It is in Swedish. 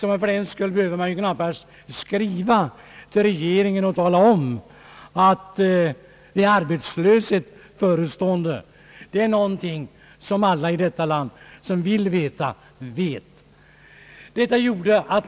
Man behöver alltså knappast skriva till regeringen och meddela att arbetslöshet förekommer. Det är någonting som alla i detta land vet.